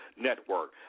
network